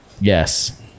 Yes